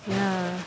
ya